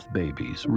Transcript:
babies